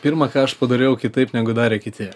pirma ką aš padariau kitaip negu darė kiti